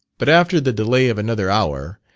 but after the delay of another hour,